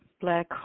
Black